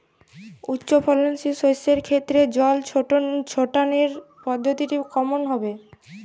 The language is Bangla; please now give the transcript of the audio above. উচ্চফলনশীল শস্যের ক্ষেত্রে জল ছেটানোর পদ্ধতিটি কমন হবে?